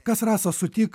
kas rasa sutik